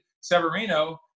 Severino